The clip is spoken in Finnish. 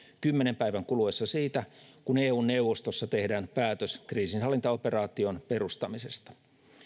kymmenen päivän kuluessa siitä kun eu neuvostossa tehdään päätös kriisinhallintaoperaation perustamisesta